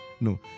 No